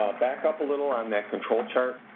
back up a little on that control chart